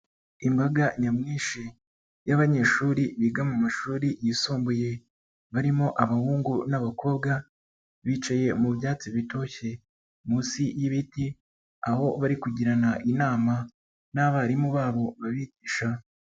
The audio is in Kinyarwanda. Imbaga nyamwinshi y'abanyeshuri biga mu mashuri yisumbuye barimo abahungu n'abakobwa bicaye mu byatsi bitoshye munsi y'ibiti aho bari kugirana inama n'abarimu babo babigisha.